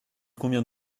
convient